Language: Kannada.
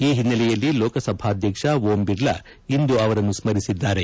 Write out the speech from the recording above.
ಈ ಹಿನ್ನೆಲೆಯಲ್ಲಿ ಲೋಕಸಭಾ ಅಧ್ಯಕ್ಷ ಓಂ ಬಿರ್ಲಾ ಇಂದು ಅವರನ್ನು ಸ್ಮರಿಸಿದ್ದಾರೆ